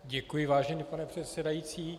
Děkuji, vážený pane předsedající.